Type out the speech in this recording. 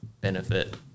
benefit